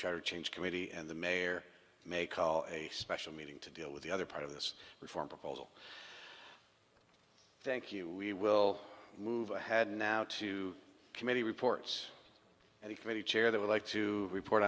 charter change committee and the may or may call a special meeting to deal with the other part of this reform proposal thank you we will move ahead now to committee reports and the committee chair that would like to report